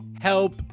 help